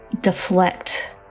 deflect